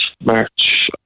March